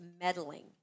meddling